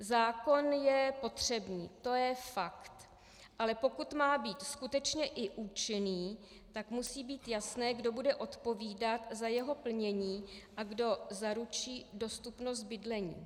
Zákon je potřebný, to je fakt, ale pokud má být skutečně i účinný, tak musí být jasné, kdo bude odpovídat za jeho plnění a kdo zaručí dostupnost bydlení.